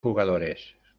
jugadores